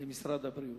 במשרד הבריאות.